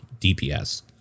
DPS